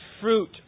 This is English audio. fruit